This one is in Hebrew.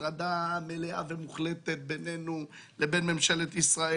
הפרדה מלאה ומוחלטת ביננו לבין ממשלת ישראל.